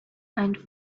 and